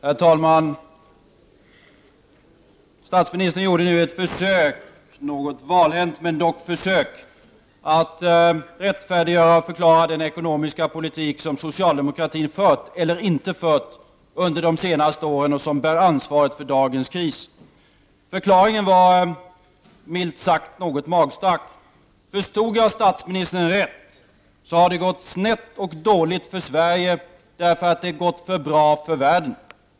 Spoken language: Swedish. Fru talman! Statsministern gjorde ett något valhänt försök — men dock ett försök — att rättfärdiga och förklara den ekonomiska politik som socialdemokratin under de senaste åren fört, eller inte fört, och som bär ansvaret för dagens kris. Förklaringen var milt sagt något magstark. Om jag uppfattade statsministern rätt, har det gått snett och dåligt för Sverige därför att det gått för bra för omvärlden.